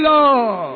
Lord